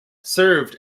served